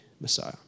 Messiah